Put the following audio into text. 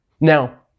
Now